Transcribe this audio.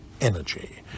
energy